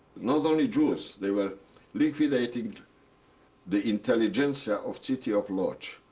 not only jewish they were liquidating the intelligentsia of city of lodz.